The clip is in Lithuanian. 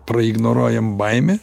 praignoruojam baimę